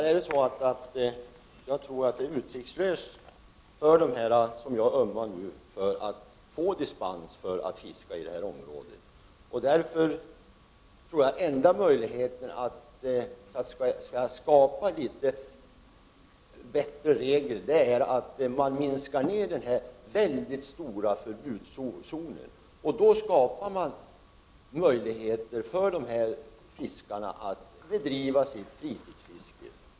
Fru talman! Tyvärr är det nog utsiktslöst för dem som jag ömmar för att få dispens för fiske i det aktuella området. Jag tror att den enda möjligheten att skapa bättre regler är att den här väldigt stora förbudszonen minskas. På det sättet skapar man möjligheter för dessa fiskare att bedriva sitt fritidsfiske.